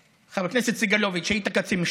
חבר הכנסת סגלוביץ', היית קצין משטרה: